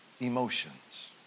emotions